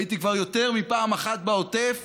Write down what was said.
הייתי כבר יותר מפעם אחת בעוטף